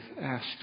asked